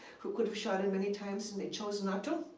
who could have shot him many times and they chose not to.